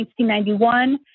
1991